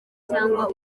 cyangwa